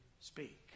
speak